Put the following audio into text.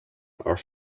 are